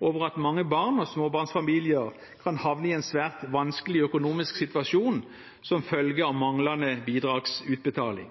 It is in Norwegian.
over at mange barn og småbarnsfamilier kan havne i en svært vanskelig økonomisk situasjon som følge av manglende bidragsutbetaling.